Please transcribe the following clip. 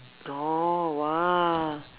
oh !woah!